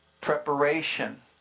preparation